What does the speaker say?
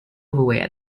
overweight